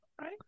Right